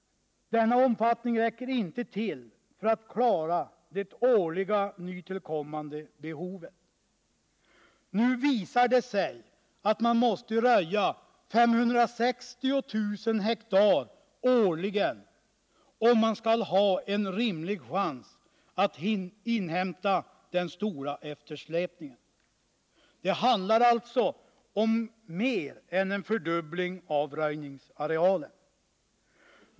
Denna omfattning räcker inte till för att klara det årliga nytillkommande behovet. Nu visar det sig att man måste röja 560 000 hektar årligen, om man skall ha en rimlig chans att inhämta den stora eftersläpningen. Det handlar alltså om mer än en fördubbling av röjningsarealen.